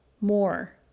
more